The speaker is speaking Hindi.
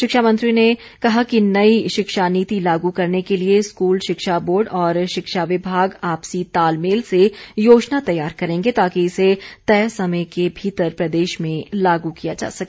शिक्षा मंत्री ने कहा कि नई शिक्षा नीति लागू करने के लिए स्कूल शिक्षा बोर्ड और शिक्षा विभाग आपसी तालमेल से योजना तैयार करेंगे ताकि इसे तय समय के भीतर प्रदेश में लागू किया जा सके